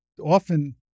often—